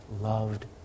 loved